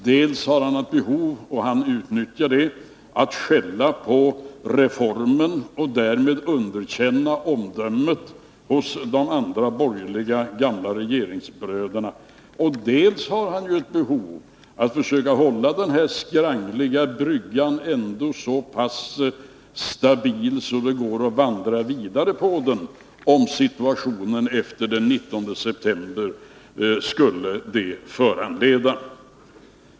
Dels har han ett behov — och han utnyttjar det — av att skälla på reformen och därmed underkänna omdömet hos de andra borgerliga gamla regeringsbröderna, dels har han ett behov av att ändå få hålla den här skrangliga bryggan så pass stabil att det går att vandra vidare på den, om situationen efter den 19 september skulle föranleda det.